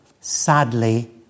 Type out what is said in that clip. sadly